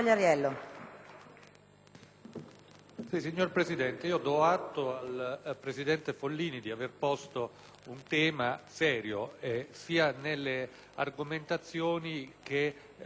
Signora Presidente, do atto al presidente Follini di aver posto un tema serio, sia nelle argomentazioni sia nei toni;